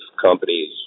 companies